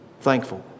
thankful